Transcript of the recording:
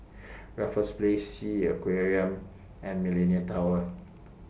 Raffles Hospital S E A Aquarium and Millenia Tower